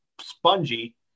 spongy